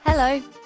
Hello